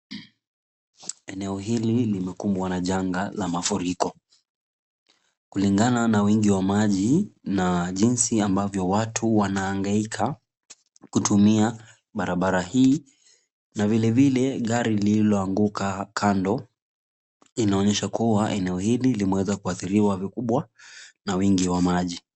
Eneo hili limekumbwa na janga la mafuriko, kilingana na wingi wa maji na jinsi ambavyo watu wanaangaika kutumia barabara hii, na Vile vile gari lililoanguka kando inaonyesha kuwa eneo hili limeweza kuathiriwa vikubwa na wingi wa maji.